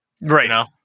Right